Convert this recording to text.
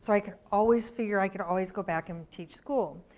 so i could always figure, i could always go back and teach school.